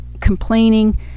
complaining